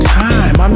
time